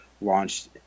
launched